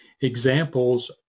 examples